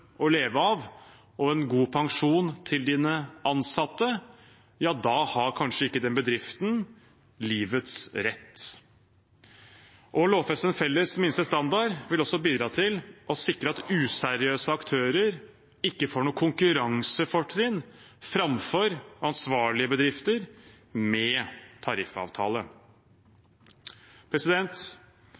leve av, og en god pensjon, har kanskje ikke den bedriften livets rett. Å lovfeste en felles minstestandard vil også bidra til å sikre at useriøse aktører ikke får konkurransefortrinn framfor ansvarlige bedrifter med tariffavtale.